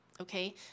Okay